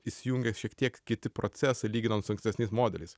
įsijungia šiek tiek kiti procesai lyginant su ankstesniais modeliais